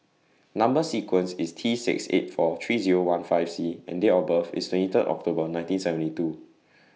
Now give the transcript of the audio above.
Number sequence IS T six eight four three Zero one five C and Date of birth IS twenty Third October nineteen seventy two